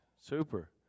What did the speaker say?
Super